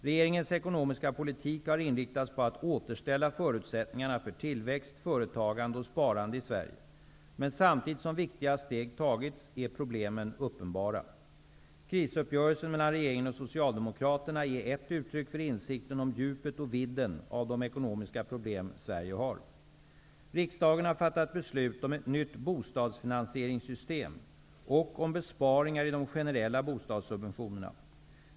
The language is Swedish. Regeringens ekonomiska politik har inriktats på att återställa förutsättningarna för tillväxt, företagande och sparande i Sverige. Men samtidigt som viktiga steg tagits är problemen uppenbara. Socialdemokraterna är ett uttryck för insikten om djupet och vidden av de ekonomiska problem Sverige har. Riksdagen har fattat beslut om ett nytt bostadsfinansieringssystem och om besparingar i de generella bostadssubventionerna.